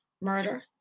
Murder